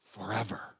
forever